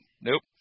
nope